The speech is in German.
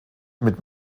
mit